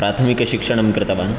प्राथमिकशिक्षणं कृतवान्